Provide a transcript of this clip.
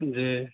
جی